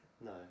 No